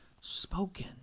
spoken